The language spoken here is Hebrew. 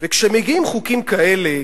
וכשמגיעים חוקים כאלה,